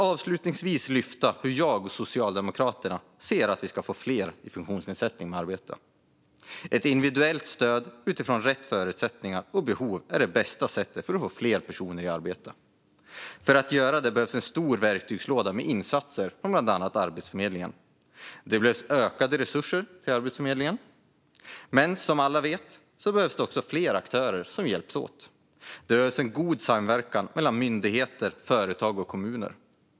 Avslutningsvis vill jag lyfta fram hur jag och Socialdemokraterna anser att vi ska få fler med funktionsnedsättning i arbete. Ett individuellt stöd utifrån rätt förutsättningar och behov är det bästa sättet för att få fler personer i arbete. För att göra det behövs en stor verktygslåda med insatser från bland annat Arbetsförmedlingen. Det behövs ökade resurser till Arbetsförmedlingen. Men som alla vet behövs det också fler aktörer som hjälps åt. Det behövs en god samverkan mellan myndigheter, företag och kommuner.